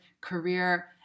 career